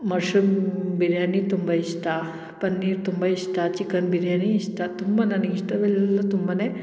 mushroom biryani ತುಂಬ ಇಷ್ಟ ಪನ್ನೀರ್ ತುಂಬ ಇಷ್ಟ ಚಿಕನ್ ಬಿರಿಯಾನಿ ಇಷ್ಟ ತುಂಬ ನನಗೆ ಇಷ್ಟವೆಲ್ಲ ತುಂಬನೇ